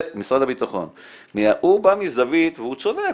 והוא צודק,